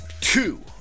two